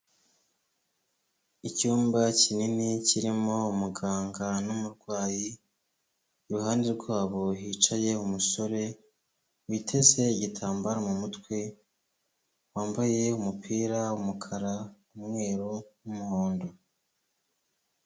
Icyumba kinini kirimo umuganga n'umurwayi iruhande rwabo hicaye umusore witeze igitambaro mu mutwe, wambaye umupira w'umukara umweru n'umuhondo.